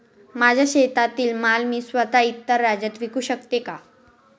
माझ्या शेतातील माल मी स्वत: इतर राज्यात विकू शकते का?